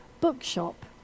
bookshop